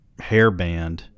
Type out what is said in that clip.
hairband